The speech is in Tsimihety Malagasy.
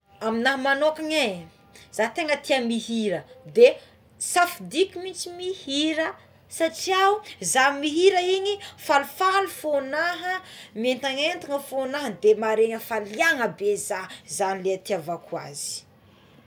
Aminah mmanokagna e za tegna tia mihira de safidiko mihintsy mihira satria o zaha mihira igny falifaly fognaha mietagnetagna fogna agny de maharegny afaliagna be za de zagny le itiavako azy